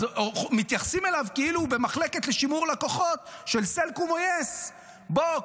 אז מתייחסים אליו כאילו הוא במחלקת שימור לקוחות של סלקום או יס: בוא,